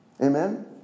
Amen